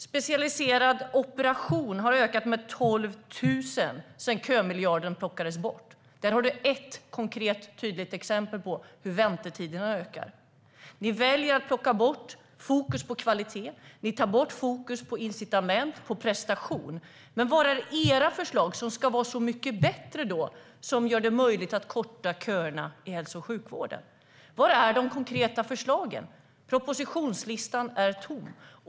Specialiserade operationer har ökat med 12 000 sedan kömiljarden plockades bort. Det är ett konkret och tydligt exempel på hur väntetiderna ökar. Ni väljer att inte ha fokus på kvalitet. Ni tar bort incitament för prestation. Var finns era förslag som ska vara så mycket bättre, som ska korta köerna i hälso och sjukvården? Var finns de konkreta förslagen? Propositionslistan är tom.